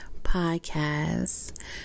Podcast